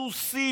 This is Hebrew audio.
סוסים,